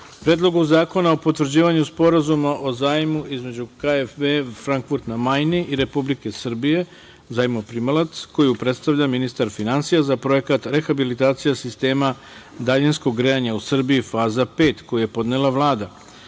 Predlogu zakona o potvrđivanju Sporazuma o zajmu između KfW Frankfurt na Majni i Republike Srbije, zajmoprimalac koju predstavlja ministar finansija za Projekat rehabilitacije sistema daljinskog grejanja u Srbiji – faza pet, koji je podnela Vlada;